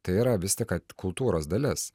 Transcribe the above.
tai yra vis tik kad kultūros dalis